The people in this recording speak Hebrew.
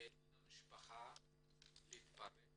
למשפחה להתפרק